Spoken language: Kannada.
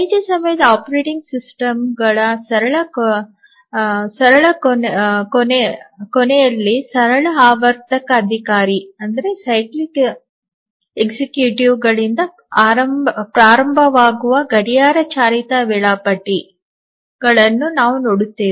ನೈಜ ಸಮಯದ ಆಪರೇಟಿಂಗ್ ಸಿಸ್ಟಮ್ಗಳ ಸರಳ ಕೊನೆಯಲ್ಲಿ ಸರಳ ಆವರ್ತಕ ಅಧಿಕಾರಿಗಳಿಂದ ಪ್ರಾರಂಭವಾಗುವ ಗಡಿಯಾರ ಚಾಲಿತ ವೇಳಾಪಟ್ಟಿಗಳನ್ನು ನಾವು ಹೊಂದಿದ್ದೇವೆ